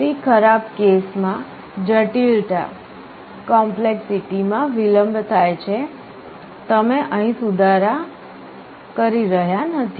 સૌથી ખરાબ કેસ માં જટિલતા માં વિલંબ થાય છે તમે અહીં સુધારી રહ્યા નથી